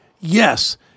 yes